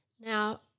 Now